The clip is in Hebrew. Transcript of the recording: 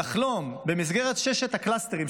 לחלום במסגרת ששת הקלאסטרים,